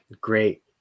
great